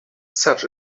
such